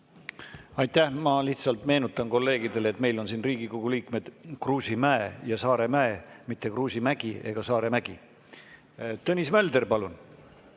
Aitäh! Ma lihtsalt meenutan kolleegidele, et meil on siin Riigikogu liikmed Kruusimäe ja Saaremäe, mitte Kruusimägi ega Saaremägi. Tõnis Mölder, palun!